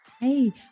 Hey